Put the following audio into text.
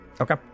Okay